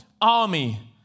army